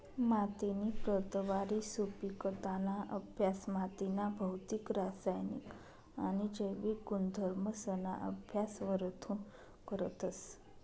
मातीनी प्रतवारी, सुपिकताना अभ्यास मातीना भौतिक, रासायनिक आणि जैविक गुणधर्मसना अभ्यास वरथून करतस